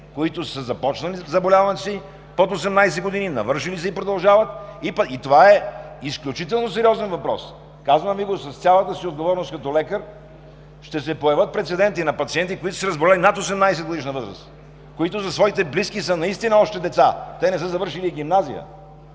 които са заболели под 18 години, навършили са ги и продължават. Това е изключително сериозен въпрос. Казвам Ви го с цялата си отговорност като лекар. Ще се появят прецеденти на пациенти, които са се разболели над 18-годишна възраст, които за своите близки са наистина още деца. Те не са завършили и гимназия